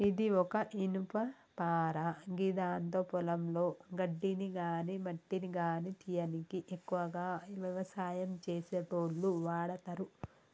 ఇది ఒక ఇనుపపార గిదాంతో పొలంలో గడ్డిని గాని మట్టిని గానీ తీయనీకి ఎక్కువగా వ్యవసాయం చేసేటోళ్లు వాడతరు